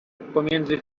pomiędzy